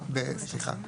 סליחה,